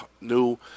new